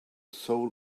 soul